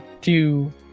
Two